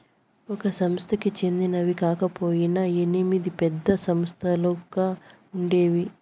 ఒక సంస్థకి చెందినవి కాకపొయినా ఎనిమిది పెద్ద సంస్థలుగా ఉండేవి